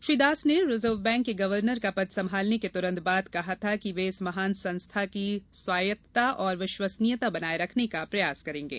श्री दास ने reserve bank के governor का पद संभालने के तुरन्त बाद कहा था कि वे इस महान संस्था की स्वायत्तता और विश्वसनीयता बनाये रखने का प्रयास करेंगे